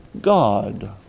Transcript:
God